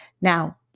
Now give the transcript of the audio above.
Now